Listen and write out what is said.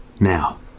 Now